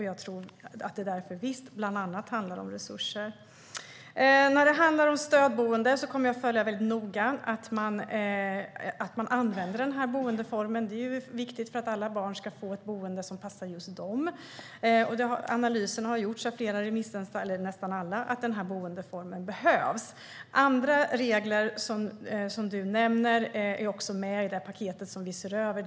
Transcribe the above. Därför handlar det bland annat visst om resurser. När det gäller stödboenden kommer jag att noga följa att man använder denna boendeform. Det är viktigt för att alla barn ska få ett boende som passar just dem. Nästan alla remissinstanser har gjort analysen att denna boendeform behövs. Andra regler som Emma Henriksson nämner är också med i det paket som vi ser över.